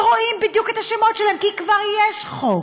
ורואים בדיוק את השמות שלהן, כי כבר יש חוק,